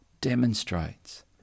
demonstrates